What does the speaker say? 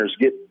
get